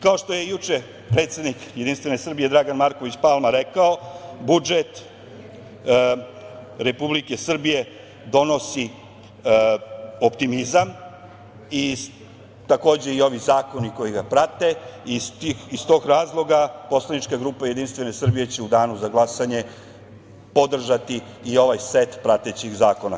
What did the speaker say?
Kao što je juče predsednik JS Dragan Marković Palma rekao – budžet Republike Srbije donosi optimizam i ovi zakoni koji ga prate i iz tog razloga Poslanička grupa JS će u danu za glasanje podržati i ovaj set pratećih zakona.